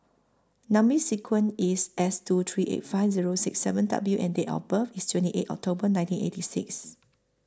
Number sequence IS S two three eight five Zero six seven W and Date of birth IS twenty eight October nineteen eighty six